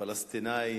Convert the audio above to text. פלסטינים,